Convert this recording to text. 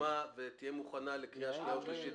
הושלמה ותהיה מוכנה לקריאה שנייה ושלישית